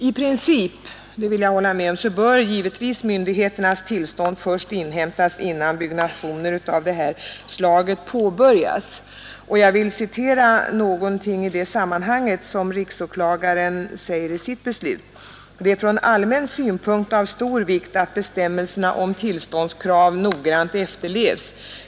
I princip — det vill jag hålla med om — bör myndigheternas tillstånd först inhämtas, innan byggnationer av det här slaget påbörjas. Jag vill i det sammanhanget citera vad riksåklagaren sade i sitt beslut: ”Det är från allmän synpunkt av stor vikt att bestämmelserna om tillståndskrav noggrant efterlevs.